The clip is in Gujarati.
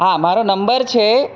હા મારો નંબર છે